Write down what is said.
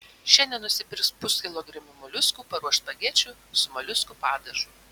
šiandien nusipirks puskilogramį moliuskų paruoš spagečių su moliuskų padažu